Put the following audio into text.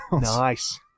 Nice